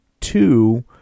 two